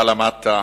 שבה למדת,